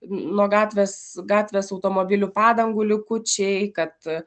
nuo gatvės gatvės automobilių padangų likučiai kad